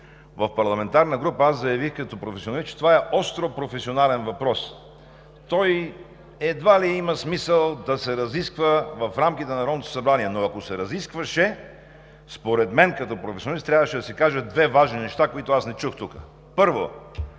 в парламентарната група, аз заявих като професионалист, че това е остро професионален въпрос. Той едва ли има смисъл да се разисква в рамките на Народното събрание, но, ако се разискваше, според мен като професионалист, трябваше да се кажат две важни неща, които аз не чух тук. Първо,